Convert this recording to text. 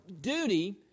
duty